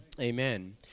amen